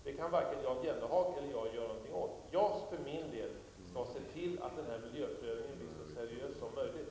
Det kan varken Jan Jennehag eller jag göra någonting åt. Jag skall för min del se till att denna miljöprövning blir så seriös som möjligt.